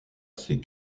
ses